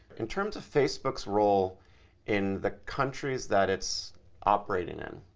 in terms of facebook's role in the countries that it's operating in,